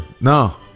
No